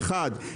אחד,